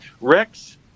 Rex